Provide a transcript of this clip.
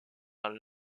dans